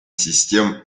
систем